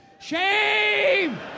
Shame